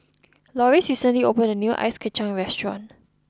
Loris recently opened a new Ice Kacang restaurant